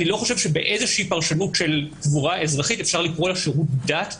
אני לא חושב שבאיזושהי פרשנות של קבורה אזרחית אפשר לקרוא לה שירות דת,